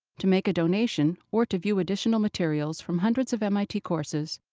to make a donation or to view additional materials from hundreds of mit courses,